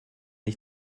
ich